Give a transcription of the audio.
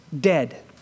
dead